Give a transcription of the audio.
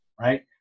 right